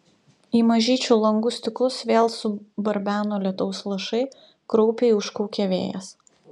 į mažyčių langų stiklus vėl subarbeno lietaus lašai kraupiai užkaukė vėjas